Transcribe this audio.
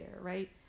right